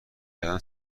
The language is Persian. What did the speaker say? کردن